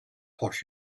what